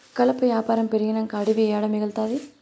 కలప యాపారం పెరిగినంక అడివి ఏడ మిగల్తాది